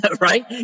right